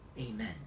Amen